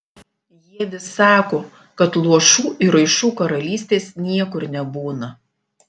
jie vis sako kad luošų ir raišų karalystės niekur nebūna